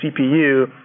CPU